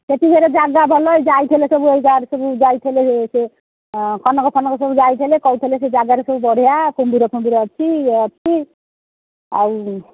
ସେଠି ଫେରେ ଜାଗା ଭଲ ଏ ଯାଇଥିଲେ ସବୁ ଏ ଗାଁ ଭିତରୁ ସବୁ ଯାଇ ଥିଲେ ସେ କନକ ଫନକ ସବୁ ଯାଇଥିଲେ କହିଥିଲେ ସେ ଜାଗାରେ ସବୁ ବଢିଆ କୁମ୍ବୀର ଫୁମ୍ଭୀର ଅଛି ଇଏ ଅଛି ଆଉ